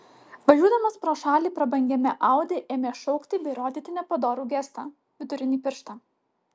važiuodamas pro šalį prabangiame audi ėmė šaukti bei rodyti nepadorų gestą vidurinį pirštą